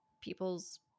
people's